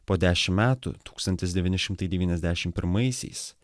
po dešim metų tūkstantis devyni šimtai devyniasdešim pirmaisiais